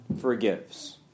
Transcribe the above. forgives